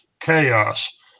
chaos